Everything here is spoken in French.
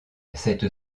cette